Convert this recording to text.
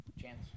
Chance